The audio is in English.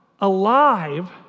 alive